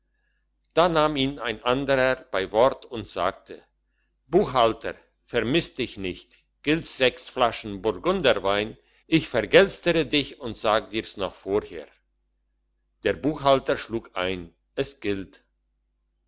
da nahm ihn ein anderer beim wort und sagte buchhalter vermiss dich nicht gilt's sechs flaschen burgunderwein ich vergelstere dich und sag dir's noch vorher der buchhalter schlug ein es gilt